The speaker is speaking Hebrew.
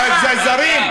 זה זרים.